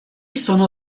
sono